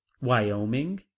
wyoming